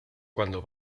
cuando